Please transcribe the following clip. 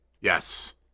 Yes